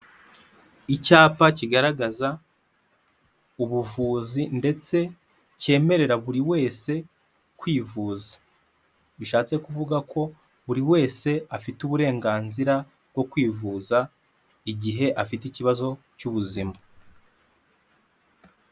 Icyapa kigaragaza ubuvuzi ndetse cyemerera buri wese kwivuza, bishatse kuvuga ko buri wese afite uburenganzira bwo kwivuza igihe afite ikibazo cy'ubuzima.